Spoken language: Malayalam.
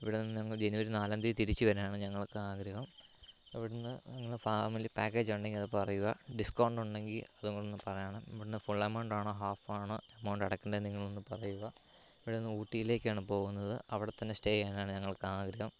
ഇവിടെനിന്നങ്ങ് ജനുവരി നാലാം തീയതി തിരിച്ച് വരാനാണ് ഞങ്ങൾക്ക് ആഗ്രഹം ഇവിടെനിന്നങ്ങ് ഫാമിലി പാക്കേജുണ്ടെങ്കിൽ അത് പറയുക ഡിസ്കൗണ്ടുണ്ടെങ്കിൽ അതും ഒന്ന് പറയണം ഇവിടുന്ന് ഫുൾ അമൌണ്ടാണോ ഹാഫാണോ അമൌണ്ട് അടക്കേണ്ടത് എന്ന് നിങ്ങളൊന്നു പറയുക ഇവിടെനിന്ന് ഊട്ടിയിലേക്കാണ് പോകുന്നത് അവിടെത്തന്നെ സ്റ്റേ ചെയ്യാനാണ് ഞങ്ങൾക്ക് ആഗ്രഹം